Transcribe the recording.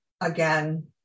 again